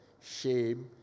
shame